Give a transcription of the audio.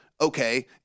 okay